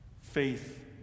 faith